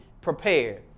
prepared